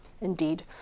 Indeed